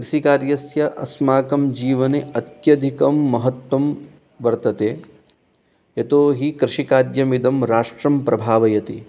कृषिकार्यस्य अस्माकं जीवने अत्यधिकं महत्त्वं वर्तते यतो हि कृषिकार्यमिदं राष्ट्रं प्रभावयति